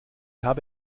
habe